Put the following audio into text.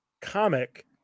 comic